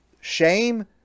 shame